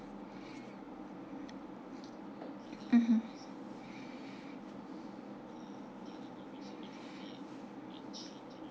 mmhmm